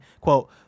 quote